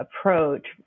approach